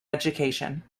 education